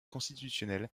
constitutionnelle